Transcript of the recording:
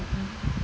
like